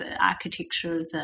Architecture